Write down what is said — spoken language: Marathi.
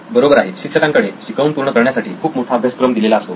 बरोबर आहे शिक्षकांकडे शिकवून पूर्ण करण्यासाठी खूप मोठा अभ्यासक्रम दिलेला असतो